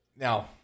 Now